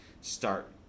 start